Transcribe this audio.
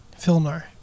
Filnar